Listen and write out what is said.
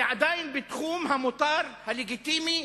זה עדיין בתחום המותר, הלגיטימי,